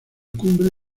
cumbre